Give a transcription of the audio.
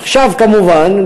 עכשיו כמובן,